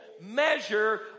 measure